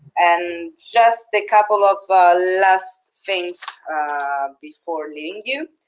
and just a couple of last things before leaving you.